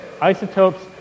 isotopes